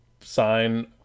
sign